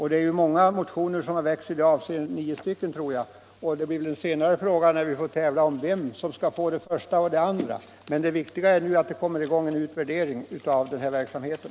Det är ju många motioner som har väckts om dessa centra — nio stycken tror jag — och det blir väl en senare fråga när vi får tävla om vem som skall få det första och det andra. Men det viktiga är nu att man kommer i gång med en utvärdering av den här verksamheten.